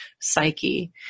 psyche